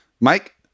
mike